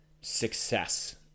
success